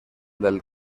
del